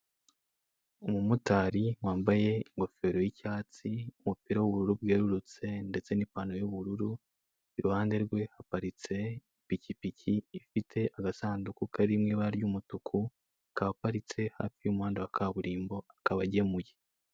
Umumotari wambaye ingofero y'icyatsi, umupira w'ubururu bwerurutse, ndetse n'ipantaro y'ubururu, iruhande rwe haparitse ipikipiki ifite agasanduku kari mu ibara ry'umutuku, akaba aparitse hafi y'umuhanda wa kaburimbo akaba agemuye.